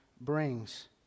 brings